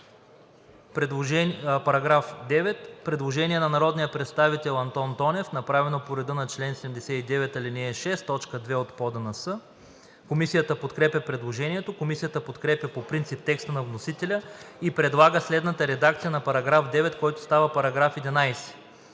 Предложение на народния представител Антон Тонев, направено по реда на чл. 79, ал. 6, т. 2 от ПОДНС. Комисията подкрепя предложението. Комисията подкрепя по принцип текста на вносителя и предлага следната редакция на § 2, който става § 3: „§ 3.